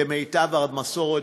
כמיטב המסורת,